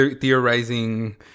theorizing